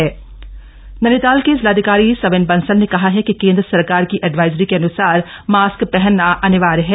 mask अनिवार्य नैनीताल नैनीताल के जिलाधिकारी सविन बंसल ने कहा है कि केंद्र सरकार की एडवाइजरी के अनुसार मास्क पहनना अनिवार्य है